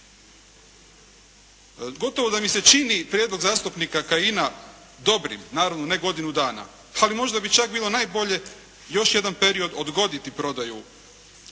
Gotovo da mi se čini i prijedlog zastupnika Kajina dobrim, naravno ne godinu dana. Ali možda bi čak bilo najbolje još jedan period odgoditi prodaju udjela